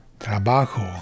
Trabajo